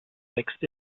wächst